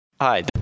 Hi